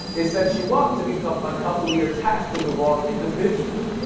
it sets you up to become unhealthily attached to the wrong individuals.